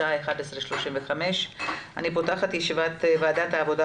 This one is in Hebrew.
השעה 11:35 ואני פותחת את ישיבת ועדת העבודה,